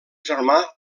germà